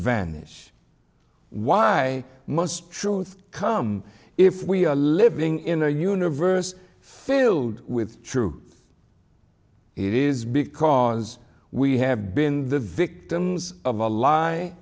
vanish why must truth come if we are living in a universe filled with true it is because we have been the victims of a lie